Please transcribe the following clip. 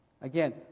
Again